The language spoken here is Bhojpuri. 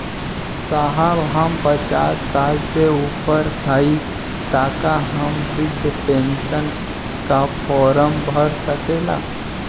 साहब हम पचास साल से ऊपर हई ताका हम बृध पेंसन का फोरम भर सकेला?